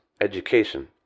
education